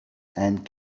and